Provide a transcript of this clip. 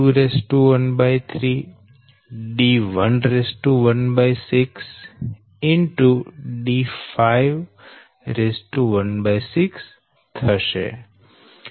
16 થશે આ સમીકરણ 38 છે